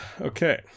Okay